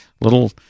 little